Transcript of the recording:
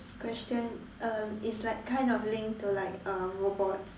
question um is like kind of linked to like uh robot